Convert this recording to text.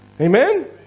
Amen